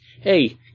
hey